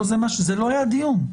זה לא היה הדיון.